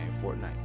Fortnite